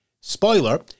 Spoiler